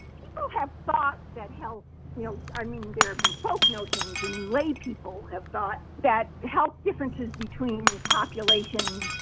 people have thought that health you know, i mean, there have been folk notions and laypeople have thought that health differences between populations,